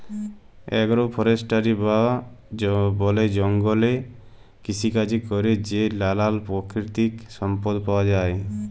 agro forestry বা বলে জঙ্গলে কৃষিকাজে ক্যরে যে লালাল পাকিতিক সম্পদ পাউয়া যায়